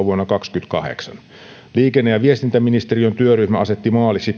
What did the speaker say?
vuonna kaksikymmentäkahdeksan liikenne ja viestintäministeriön työryhmä asetti maaliksi